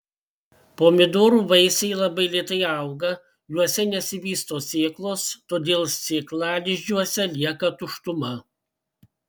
pomidorų vaisiai labai lėtai auga juose nesivysto sėklos todėl sėklalizdžiuose lieka tuštuma